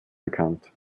bekannt